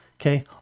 okay